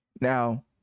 now